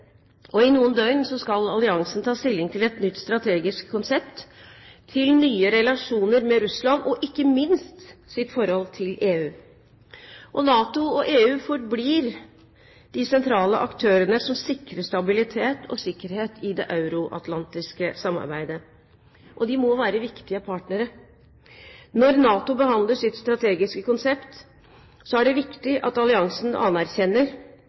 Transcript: EU. I noen døgn skal alliansen ta stilling til et nytt strategisk konsept til nye relasjoner med Russland og ikke minst sitt forhold til EU. NATO og EU forblir de sentrale aktørene som sikrer stabilitet og sikkerhet i det euro-atlantiske samarbeidet. De må være viktige partnere. Når NATO behandler sitt strategiske konsept, er det viktig at alliansen anerkjenner